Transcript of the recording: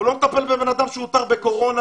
הוא לא מטפל בבן אדם שאותר כחולה קורונה